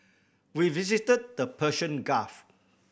we visited the Persian Gulf